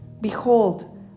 Behold